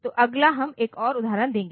तो अगला हम एक और उदाहरण देखेंगे